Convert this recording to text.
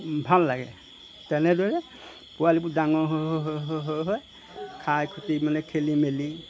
ভাল লাগে তেনেদৰে পোৱালিবোৰ ডাঙৰ হৈ হৈ হৈ হৈ হৈ হৈ খাই খুটি মানে খেলি মেলি